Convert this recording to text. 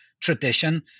tradition